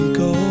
go